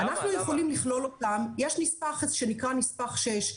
אנחנו יכולים לכלול אותם --- יש נספח אחד שנקרא נספח 6,